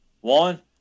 one